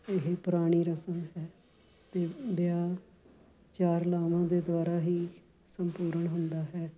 ਇਹ ਪੁਰਾਣੀ ਰਸਮ ਹੈ ਅਤੇ ਵਿਆਹ ਚਾਰ ਲਾਵਾਂ ਦੇ ਦੁਆਰਾ ਹੀ ਸੰਪੂਰਨ ਹੁੰਦਾ ਹੈ